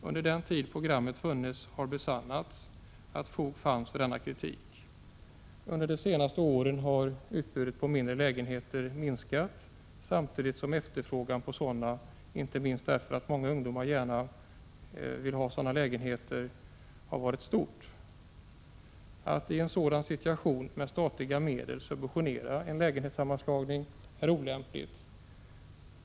Under den tid programmet funnits har besannats att fog fanns för denna kritik. Under de senaste åren har utbudet på mindre lägenheter minskat samtidigt som efterfrågan på sådana, inte minst därför att många ungdomar gärna vill ha mindre lägenhet, har varit stor. Att i en sådan situation med statliga medel subventionera en lägenhetssammanslagning är olämpligt.